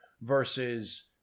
versus